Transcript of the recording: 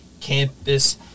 Campus